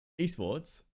esports